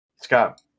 Scott